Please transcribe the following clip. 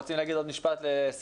רוצים להגיד עוד משפט לסיכום,